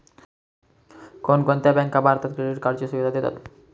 कोणकोणत्या बँका भारतात क्रेडिट कार्डची सुविधा देतात?